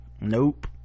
nope